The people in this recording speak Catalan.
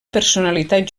personalitat